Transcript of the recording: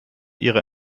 ihre